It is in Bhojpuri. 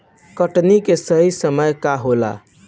कटनी के सही समय का होला?